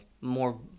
more